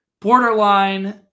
borderline